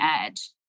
edge